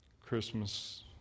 Christmas